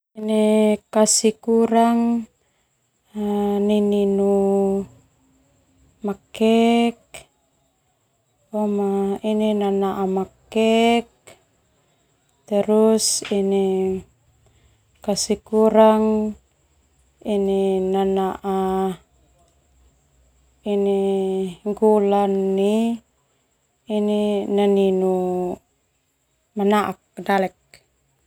Ini kasih kurang nininu makek boma nanaak makek boma terus ini kasih kurang ini nanaa ini gula nai nininu manaak ka dale.